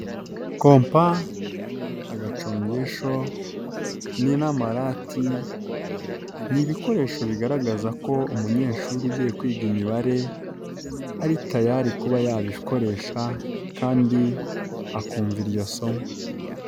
Kompa, agacongesho, hamwe n'amarati ni ibikoresho bigaragaza ko umunyeshuri ugiye kwiga imibare, ari tayali kuba yabikoresha kandi akumva iryo somo.